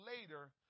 later